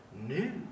new